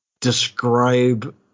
describe